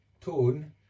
tone